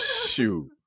Shoot